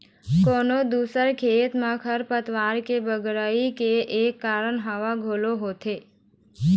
कोनो दूसर खेत म खरपतवार के बगरई के एक कारन हवा घलोक होथे